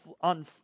on